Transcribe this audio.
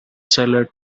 seller